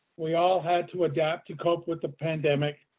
we all had to adapt to cope with the pandemic.